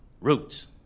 Roots